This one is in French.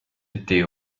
été